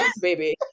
baby